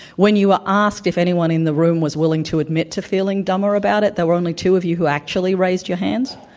when you ah ask if anyone in the room was willing to admit to feeling dumber about it, there were o nly two of you who actually raised your hand.